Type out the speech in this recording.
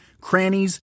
crannies